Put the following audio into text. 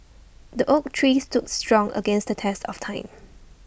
the oak tree stood strong against the test of time